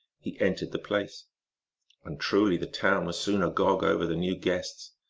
he entered the place and truly the town was soon agog over the new guests.